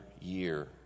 year